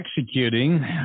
executing